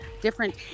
different